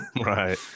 Right